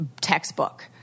textbook